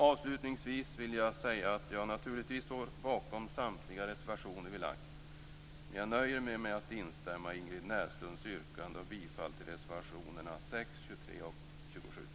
Avslutningsvis vill jag säga att jag naturligtvis står bakom samtliga reservationer som vi har lagt fram, men jag nöjer mig med att instämma i